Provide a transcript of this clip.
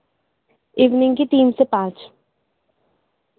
evening کی تین سے پانچ